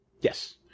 Yes